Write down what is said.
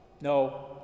No